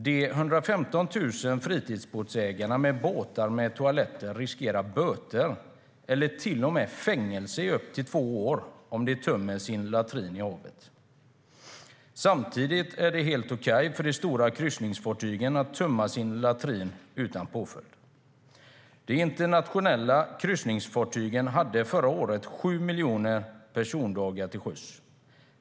De 115 000 fritidsbåtsägarna som har båtar med toalett riskerar böter, eller till och med fängelse i upp till två år, om de tömmer sin latrin i havet. Samtidigt är det helt okej för de stora kryssningsfartygen att tömma sin latrin utan påföljd. De internationella kryssningsfartygen hade förra året 7 miljoner persondagar till sjöss.